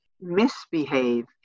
misbehave